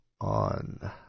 on